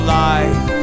life